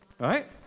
right